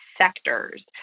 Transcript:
sectors